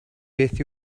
beth